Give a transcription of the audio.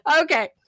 Okay